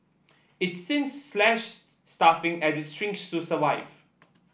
it's since slashed staffing as it shrinks to survive